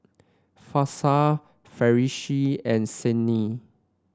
Hafsa Farish and Senin